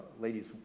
ladies